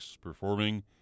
performing